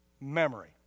memory